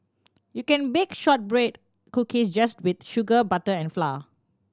you can bake shortbread cookies just with sugar butter and flour